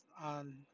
on